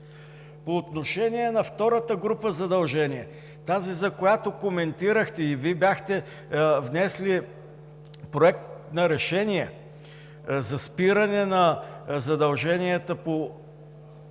По отношение на втората група задължения – тази, за която коментирахте и Вие бяхте внесли Проект на решение за спиране на задълженията към